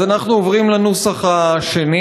אז אנחנו עוברים לנוסח השני,